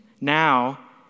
Now